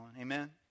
Amen